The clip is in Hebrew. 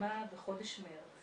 שהתקיימה בחודש מרץ